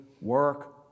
work